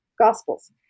Gospels